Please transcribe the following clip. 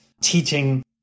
teaching